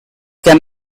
can